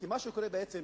כי מה שקורה בעצם,